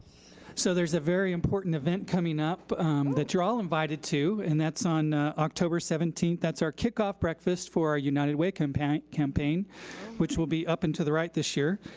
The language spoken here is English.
so there's a very important event coming up that you're all invited to. and that's on october seventeenth. that's our kickoff breakfast for our united way campaign, which will be up and to the right this year.